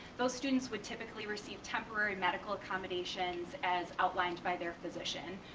those students would typically receive temporary medical accommodations as outlined by their physician,